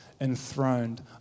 enthroned